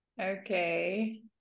okay